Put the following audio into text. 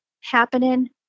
happening